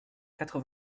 quatre